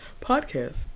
podcast